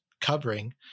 covering